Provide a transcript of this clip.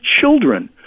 children